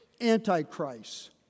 antichrist